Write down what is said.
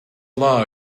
law